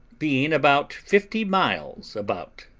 being about fifty miles about.